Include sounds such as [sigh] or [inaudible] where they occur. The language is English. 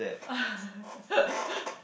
[laughs]